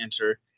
enter